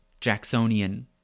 Jacksonian